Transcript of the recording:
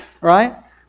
right